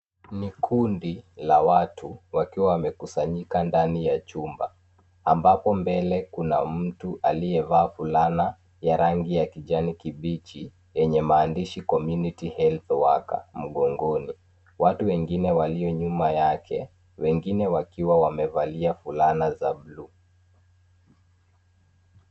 Ni kundi la watu wakiwa wamekusanyika ndani ya chumba, ambapo mbele kuna mtu aliyevaa fulana ya rangi ya kijani kibichi yenye maandishi Community Health Worker mgongoni. Watu wengine walio nyuma yake, wengine wakiwa wamevalia fulana za buluu.